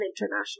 international